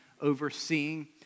overseeing